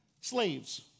slaves